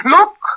Look